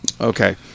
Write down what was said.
Okay